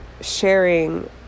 sharing